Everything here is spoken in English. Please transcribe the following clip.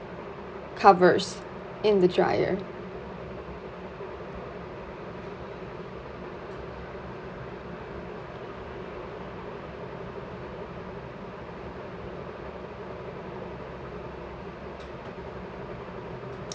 covers in the dryer